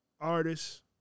artists